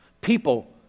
people